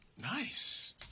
Nice